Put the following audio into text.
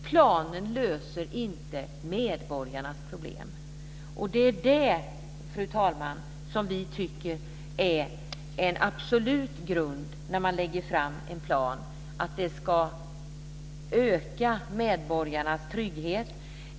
Planen löser inte medborgarnas problem. Det är det, fru talman, som vi tycker ska vara en absolut grund när man lägger fram en plan. Den ska öka medborgarnas trygghet.